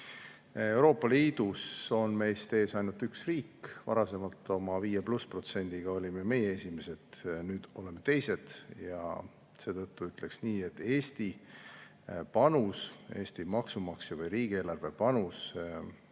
Euroopa Liidus on meist ees ainult üks riik, varasemalt olime meie oma viie ja pluss protsendiga esimesed, nüüd oleme teised. Seetõttu ütleksin nii, et Eesti panus, Eesti maksumaksja või riigieelarve panus